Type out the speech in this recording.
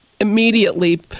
immediately